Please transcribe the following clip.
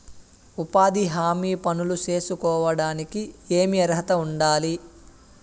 ఉపాధి హామీ పనులు సేసుకోవడానికి ఏమి అర్హత ఉండాలి?